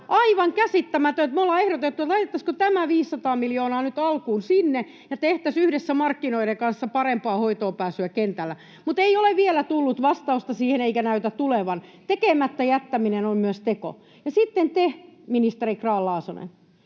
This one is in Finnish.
aivan käsittämätöntä. Me ollaan ehdotettu, että laitettaisiinko tämä 500 miljoonaa nyt alkuun sinne ja tehtäisiin yhdessä markkinoiden kanssa parempaa hoitoonpääsyä kentällä. Mutta ei ole vielä tullut vastausta siihen, eikä näytä tulevan. Tekemättä jättäminen on myös teko. Ja sitten te, ministeri Grahn-Laasonen: